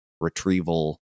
retrieval